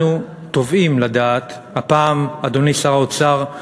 אנחנו תובעים לדעת, הפעם, אדוני שר האוצר,